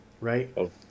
right